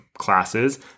classes